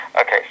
Okay